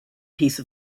piece